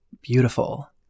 beautiful